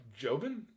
Jobin